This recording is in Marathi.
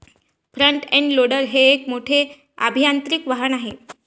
फ्रंट एंड लोडर हे एक मोठे अभियांत्रिकी वाहन आहे